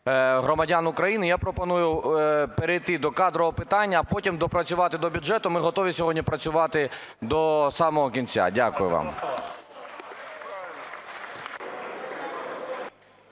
громадян України, я пропоную перейти до кадрового питання, а потім допрацювати до бюджету. Ми готові сьогодні працювати до самого кінця. Дякую вам.